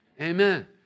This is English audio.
Amen